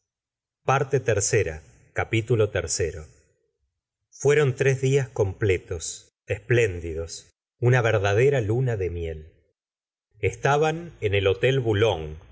fueron tres dias completos espléndidos una verdadera luna de miel estaban en el chotel boulogne